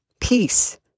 Peace